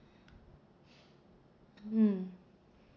mm